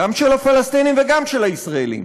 גם של הפלסטינים וגם של הישראלים.